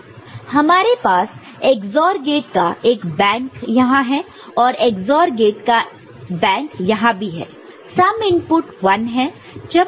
हमारे पास XOR gate का एक बैंक यहां है और XOR गेट का बैंक यहां भी है सम इनपुट 1 है